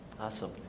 Awesome